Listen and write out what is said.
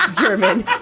German